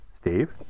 Steve